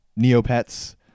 Neopets